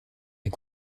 est